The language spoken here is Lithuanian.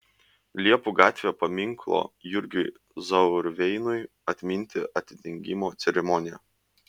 liepų gatvėje paminklo jurgiui zauerveinui atminti atidengimo ceremonija